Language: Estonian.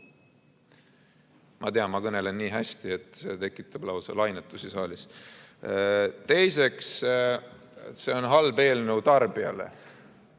Ma tean, ma kõnelen nii hästi, et see tekitab saalis lausa lainetusi. Teiseks, see on halb eelnõu tarbijale.